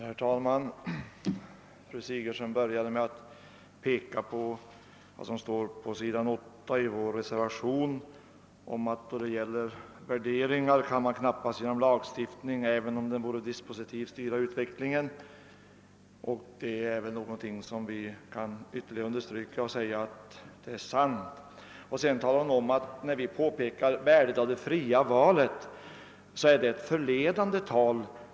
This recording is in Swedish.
Herr talman! Fru Sigurdsen började med att peka på vad som står på s. 8 i vår reservation där det heter: »Då det här är fråga om värderingar, kan man knappast genom en lagstiftning, även om den vore dispositiv, styra utvecklingen.» Detta är någonting som vi ytterligare kan understryka och framhålla sanningen i. Hon säger sedan att vi när det gäller värdet av det fria valet för ett förledande tal.